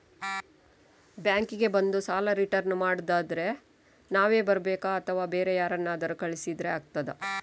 Bank ಗೆ ಬಂದು ಸಾಲ ರಿಟರ್ನ್ ಮಾಡುದಾದ್ರೆ ನಾವೇ ಬರ್ಬೇಕಾ ಅಥವಾ ಬೇರೆ ಯಾರನ್ನಾದ್ರೂ ಕಳಿಸಿದ್ರೆ ಆಗ್ತದಾ?